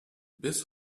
bis